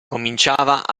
cominciava